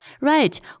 Right